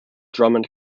drummond